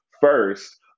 first